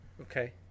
Okay